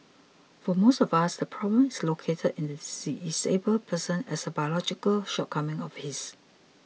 for most of us the problem is located in the disabled person as a biological shortcoming of his